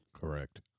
Correct